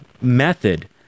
method